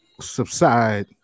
subside